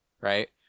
right